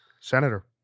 Senator